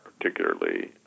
particularly